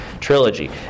trilogy